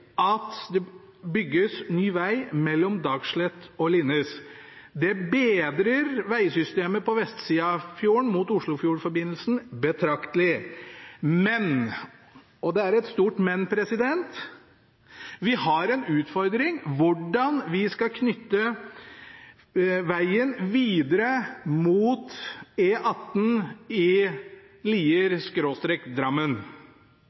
bygges ny veg mellom Dagslett og Linnes. Det bedrer vegsystemet på vestsida av fjorden mot Oslofjordforbindelsen betraktelig, men – og det er et stort men – vi har en utfordring med hvordan vi skal knytte vegen videre mot E18 i